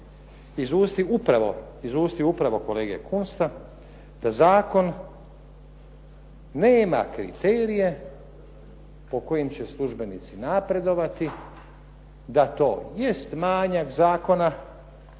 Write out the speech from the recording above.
iz usta upravo kolege Kunsta da zakon nema kriterije po kojim će službenici napredovati da to jest manjak zakona,